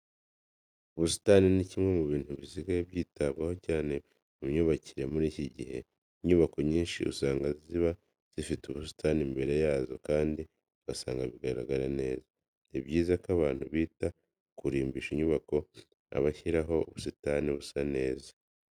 Ubusitani ni kimwe mu bintu bisigaye byitabwaho cyane mu myubakire muri iki gihe. Inyubako nyinshi usanga ziba zifite ubusitani imbere yazo kandi ugasanga bigaragara neza. Ni byiza ko abantu bita ku kurimbisha inyubako abashyiraho ubusitani busa neza.